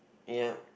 yup